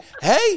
hey